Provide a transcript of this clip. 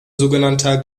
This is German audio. sogenannter